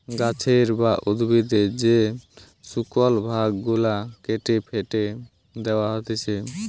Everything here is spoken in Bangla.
গাছের বা উদ্ভিদের যে শুকল ভাগ গুলা কেটে ফেটে দেয়া হতিছে